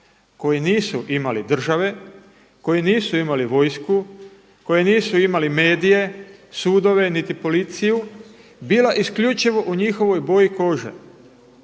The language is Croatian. koji nisu imali države, koji nisu imali vojsku, koji nisu imali medije, sudove niti policiju bila isključivo u njihovoj boji kože.